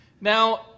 Now